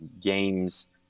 games